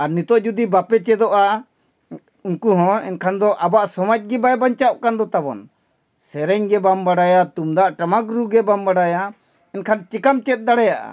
ᱟᱨ ᱱᱤᱛᱚᱜ ᱡᱩᱫᱤ ᱵᱟᱯᱮ ᱪᱮᱫᱚᱜᱼᱟ ᱩᱱᱠᱩ ᱦᱚᱸ ᱮᱱᱠᱷᱟᱱ ᱫᱚ ᱟᱵᱚᱣᱟᱜ ᱥᱚᱢᱟᱡᱽ ᱜᱮ ᱵᱟᱭ ᱵᱟᱧᱪᱟᱜ ᱠᱟᱱ ᱫᱚ ᱛᱟᱵᱚᱱ ᱥᱮᱨᱮᱧ ᱜᱮ ᱵᱟᱢ ᱵᱟᱲᱟᱭᱟ ᱛᱩᱢᱫᱟᱜ ᱴᱟᱢᱟᱠ ᱨᱩ ᱜᱮ ᱵᱟᱢ ᱵᱟᱲᱟᱭᱟ ᱮᱱᱠᱷᱟᱱ ᱪᱮᱠᱟᱢ ᱪᱮᱫ ᱫᱟᱲᱮᱭᱟᱜᱼᱟ